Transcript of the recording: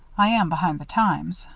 i am behind the times.